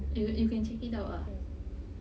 you you can check it out lah